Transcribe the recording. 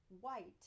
white